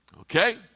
Okay